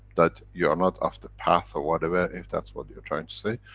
that you are not of the path or whatever, if that's what you're trying to say,